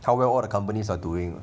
how will the companies are doing